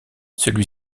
celui